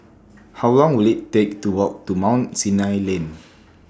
How Long Will IT Take to Walk to Mount Sinai Lane